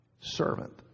servant